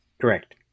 correct